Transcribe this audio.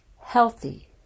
healthy